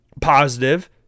positive